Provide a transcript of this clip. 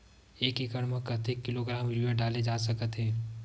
एक एकड़ म कतेक किलोग्राम यूरिया डाले जा सकत हे?